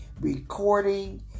recording